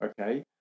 okay